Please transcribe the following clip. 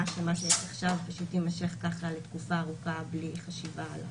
שמה שיש עכשיו פשוט יימשך כך לתקופה ארוכה בלי חשיבה.